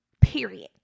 Period